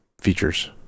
features